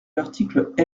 l’article